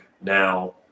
now